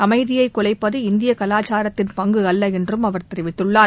அமைதியை குலைப்பது இந்திய கலாச்சாரத்தின் பங்கு அல்ல என்றும் அவர் தெரிவித்துள்ளார்